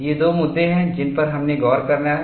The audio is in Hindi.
ये दो मुद्दे हैं जिन पर हमने गौर किया है